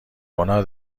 گناه